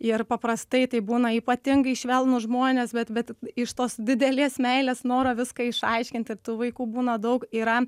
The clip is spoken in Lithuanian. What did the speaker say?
ir paprastai tai būna ypatingai švelnūs žmonės bet bet iš tos didelės meilės noro viską išaiškinti tų vaikų būna daug yra